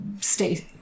stay